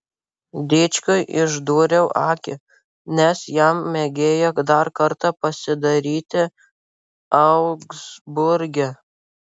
dičkiui išdūriau akį nes jam magėjo dar kartą pasidairyti augsburge